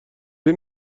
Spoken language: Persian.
این